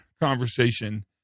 conversation